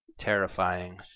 terrifying